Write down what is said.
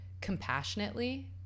compassionately